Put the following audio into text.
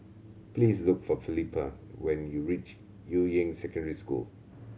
please look for Felipa when you reach Yuying Secondary School